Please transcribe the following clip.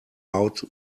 out